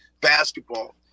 basketball